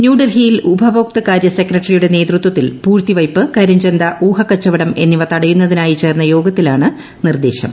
ന്യൂഡൽഹിയിൽ ഉപഭോക്തൃകാര്യ സെക്രട്ടറിയുടെ നേതൃത്വത്തിൽ പൂഴ്ത്തിവയ്പ്പ് കരിഞ്ചന്ത ഊഹകച്ചവടം എന്നിവ തടയുന്നതിനായി ചേർന്ന യോഗത്തിലാണ് നിർദ്ദേശം